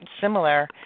similar